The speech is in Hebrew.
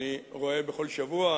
אני רואה כל שבוע,